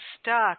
stuck